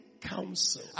counsel